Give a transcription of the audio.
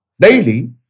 Daily